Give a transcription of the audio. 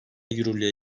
yürürlüğe